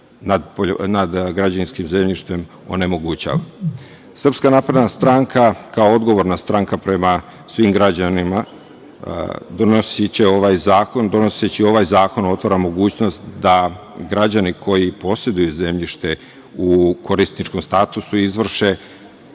nad građevinskim zemljištem onemogućava. Srpska napredna stranka kao odgovorna stranka prema svim građanima donoseći ovaj zakon otvara mogućnost da građani koji poseduju zemljište u korisničkom statusu izvrše